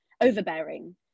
overbearing